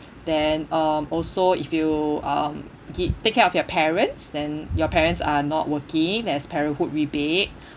then um also if you um get take care of your parents then your parents are not working there's parenthood rebate